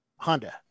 Honda